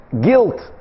guilt